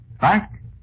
back